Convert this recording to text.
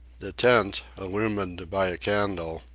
the tent, illumined by a candle,